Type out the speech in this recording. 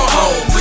home